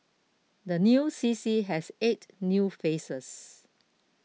the new C C has eight new faces